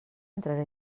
entraré